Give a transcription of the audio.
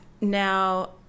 Now